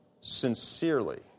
sincerely